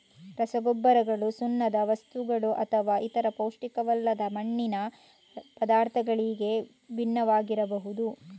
ರಸಗೊಬ್ಬರಗಳು ಸುಣ್ಣದ ವಸ್ತುಗಳುಅಥವಾ ಇತರ ಪೌಷ್ಟಿಕವಲ್ಲದ ಮಣ್ಣಿನ ಪದಾರ್ಥಗಳಿಂದ ಭಿನ್ನವಾಗಿರಬಹುದು